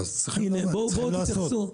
אז צריכים לעשות.